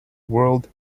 word